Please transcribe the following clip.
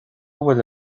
bhfuil